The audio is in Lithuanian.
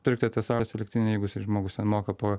pirkti tą saulės elektrinę jeigu jisai žmogus ten moka po